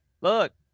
look